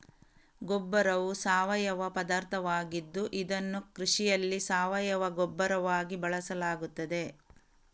ಗೊಬ್ಬರವು ಸಾವಯವ ಪದಾರ್ಥವಾಗಿದ್ದು ಇದನ್ನು ಕೃಷಿಯಲ್ಲಿ ಸಾವಯವ ಗೊಬ್ಬರವಾಗಿ ಬಳಸಲಾಗುತ್ತದೆ